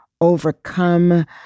Overcome